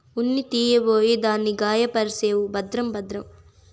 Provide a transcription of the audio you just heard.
ఉన్ని తీయబోయి దాన్ని గాయపర్సేవు భద్రం భద్రం